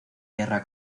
guerra